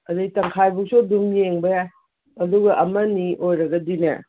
ꯑꯗꯒꯤ ꯇꯪꯈꯥꯏꯕꯥꯎꯁꯨ ꯑꯗꯨꯝ ꯌꯦꯡꯕ ꯌꯥꯏ ꯑꯗꯨꯒ ꯑꯃꯅꯤ ꯑꯣꯏꯔꯒꯗꯤꯅꯦ